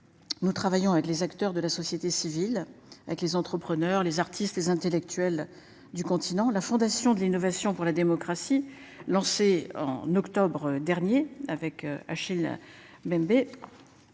Nous travaillons avec les acteurs de la société civile avec les entrepreneurs, les artistes, les intellectuels du continent la fondation de l'innovation pour la démocratie. Lancée en octobre dernier avec Achille Bembé.